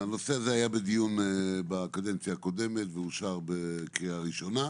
הנושא הזה היה בדיון בקדנציה הקודמת ואושר בקריאה ראשונה.